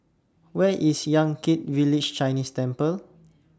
Where IS Yan Kit Village Chinese Temple